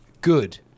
good